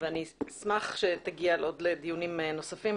ואני אשמח שתגיע לדיונים נוספים.